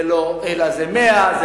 אלא 100,